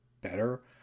better